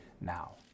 now